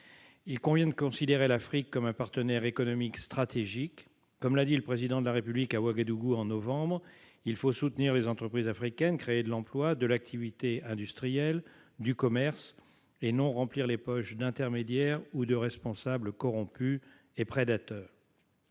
Il convient de considérer l'Afrique comme un partenaire économique stratégique. Comme l'a dit le Président de la République à Ouagadougou en novembre 2017, il faut soutenir les entreprises africaines, créer de l'emploi, de l'activité industrielle, du commerce, et non remplir les poches d'intermédiaires ou de responsables corrompus et prédateurs.